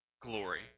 glory